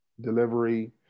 delivery